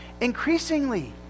increasingly